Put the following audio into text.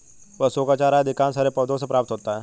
पशुओं का चारा अधिकांशतः हरे पौधों से प्राप्त होता है